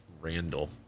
Randall